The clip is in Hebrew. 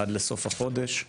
עד לסוף החודש,